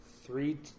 three